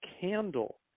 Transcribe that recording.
candle